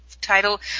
Title